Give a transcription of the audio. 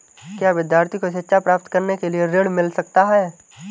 क्या विद्यार्थी को शिक्षा प्राप्त करने के लिए ऋण मिल सकता है?